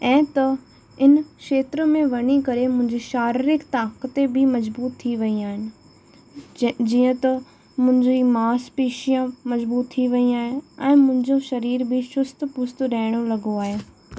ऐं त इन क्षेत्र में वञी करे मुंहिंजो शारीरिक ताक़त बि मजबूरु थी वई आहिनि जे जीअं त मुंहिंजी मांसपेशियां मजबूत थी वई आहिनि ऐं मुंहिंजो शरीर बि चुस्तु पुस्तु रहणु लॻो आहे